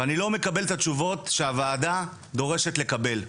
ואני לא מקבל את התשובות שהוועדה דורשת לקבל.